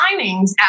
signings